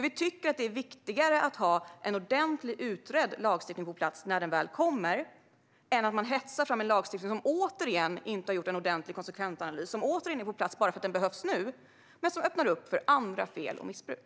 Vi tycker att det är viktigare att få en lagstiftning på plats som är ordentligt utredd när den väl kommer. Det är viktigare än att hetsa fram en lagstiftning för vilken man återigen inte har gjort en ordentlig konsekvensanalys och som återigen kommer på plats bara för att den behövs nu men som öppnar för andra fel och missbruk.